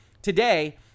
Today